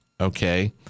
okay